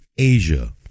Asia